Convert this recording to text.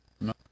No